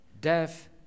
death